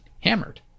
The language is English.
hammered